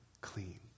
clean